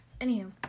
anywho